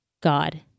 God